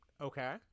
Okay